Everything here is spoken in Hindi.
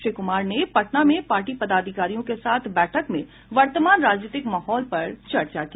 श्री कुमार ने पटना में पार्टी पदाधिकारियों के साथ बैठक में वर्तमान राजनीतिक महौल पर चर्चा की